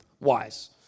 wise